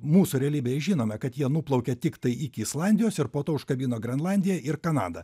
mūsų realybėje žinome kad jie nuplaukė tiktai iki islandijos ir po to užkabino grenlandiją ir kanadą